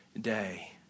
day